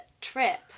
trip